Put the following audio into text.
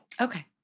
Okay